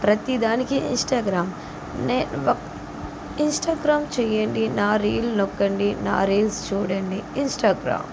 ప్రతీదానికి Instagram నేను ఒక్ Instagram చేయండి నా రీల్ నొక్కండి నా రీల్స్ చూడండి ఇన్స్టాగ్రామ్